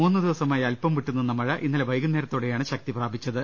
മൂന്നു ദിവസമായി അൽപം വിട്ടു നിന്ന മഴ ഇന്നലെ വൈകുന്നേരത്തോടെയാണ് ശ ക്തി പ്രാപിച്ചത്